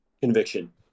conviction